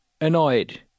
annoyed